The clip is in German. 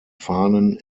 fahnen